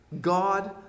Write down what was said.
God